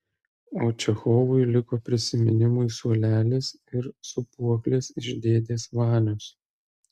o čechovui liko prisiminimui suolelis ir sūpuoklės iš dėdės vanios